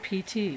PT